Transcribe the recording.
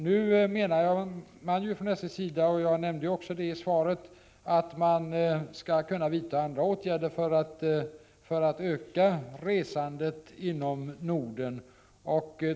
SJ menar nu, som jag nämnde i svaret, att man skall kunna vidta andra åtgärder för att öka resandet inom Norden.